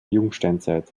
jungsteinzeit